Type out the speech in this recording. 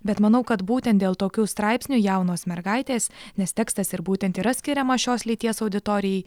bet manau kad būtent dėl tokių straipsnių jaunos mergaitės nes tekstas ir būtent yra skiriamas šios lyties auditorijai